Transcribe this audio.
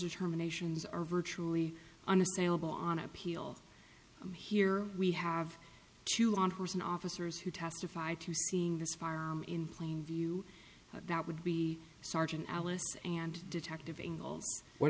determinations are virtually unassailable on appeal and here we have two on hers and officers who testified to seeing this farm in plain view that would be sergeant alice and detective